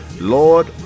Lord